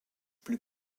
plus